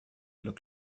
look